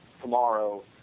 tomorrow